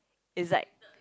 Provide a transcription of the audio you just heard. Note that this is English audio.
is like